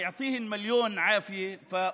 שאלוהים ייתן להן כוח ובריאות.